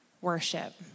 Worship